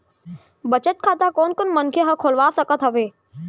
बचत खाता कोन कोन मनखे ह खोलवा सकत हवे?